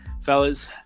Fellas